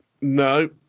no